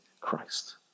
Christ